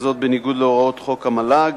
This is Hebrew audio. וזאת בניגוד להוראות חוק המל"ג.